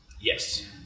Yes